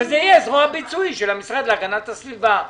משרד המשפטים נהיה פתאום פרווה.